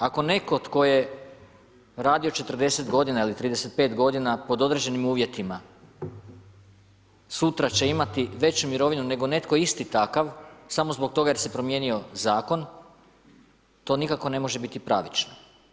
Ako netko tko je radio 40 godina ili 35 godina pod određenim uvjetima sutra će imati veću mirovinu nego netko isti takav samo zbog toga jer se promijenio zakon to nikako ne može biti pravično.